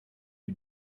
who